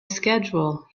schedule